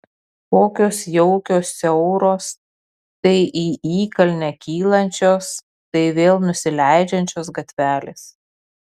kokios jaukios siauros tai į įkalnę kylančios tai vėl nusileidžiančios gatvelės